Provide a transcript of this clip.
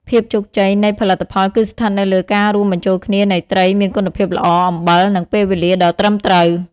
ភាពជោគជ័យ នៃផលិតផលគឺស្ថិតនៅលើការរួមបញ្ចូលគ្នានៃត្រីមានគុណភាពល្អ អំបិល និងពេលវេលាដ៏ត្រឹមត្រូវ។